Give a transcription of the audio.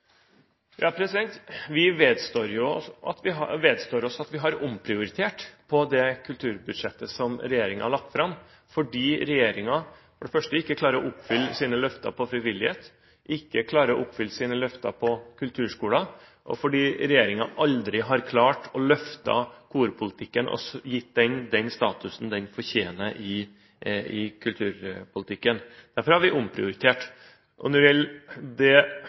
Vi vedstår oss at vi har omprioritert på det kulturbudsjettet som regjeringen har lagt fram, fordi regjeringen ikke klarer å oppfylle sine løfter på frivillighet, ikke klarer å oppfylle sine løfter på kulturskolen og aldri har klart å løfte korpolitikken og gitt korbevegelsen statusen den fortjener i kulturpolitikken. Derfor har vi omprioritert. Så har vi lagt inn friske midler, slik at vi har et større kulturbudsjett. Når det gjelder den prioriteringen som gjelder de samiske avisene, er det